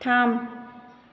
थाम